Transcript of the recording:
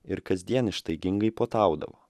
ir kasdien ištaigingai puotaudavo